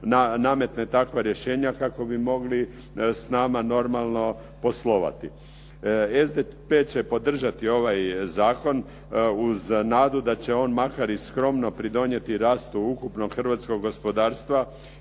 nametne takva rješenja kako bi mogli s nama normalno poslovati. SDP će podržati ovaj zakon uz nadu da će on makar i skromno pridonijeti rastu ukupnog hrvatskog gospodarstva